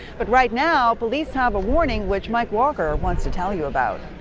but right now police have a warning, which mike walker wants to tell you about.